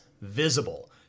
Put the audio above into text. visible